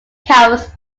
coast